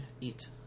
Eat